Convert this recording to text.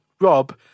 Rob